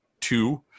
two